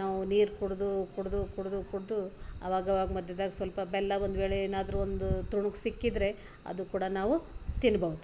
ನಾವು ನೀರು ಕುಡಿದು ಕುಡಿದು ಕುಡಿದು ಕುಡಿದು ಅವಾಗವಾಗ ಮಧ್ಯದಾಗ್ ಸ್ವಲ್ಪ ಬೆಲ್ಲ ಒಂದುವೇಳೆ ಏನಾದರೂ ಒಂದು ತುಣುಕು ಸಿಕ್ಕಿದರೆ ಅದು ಕೂಡ ನಾವು ತಿನ್ಬೌದು